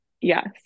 yes